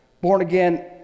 Born-again